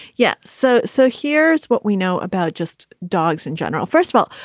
yeah so so here's what we know about just dogs in general. first of all,